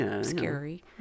scary